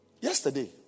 yesterday